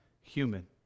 human